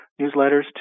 newsletters